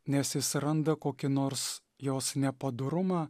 nes jis randa kokį nors jos nepadorumą